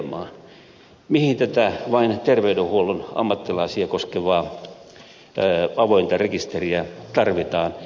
mihin tätä vain terveydenhuollon ammattilaisia koskevaa avointa rekisteriä tarvitaan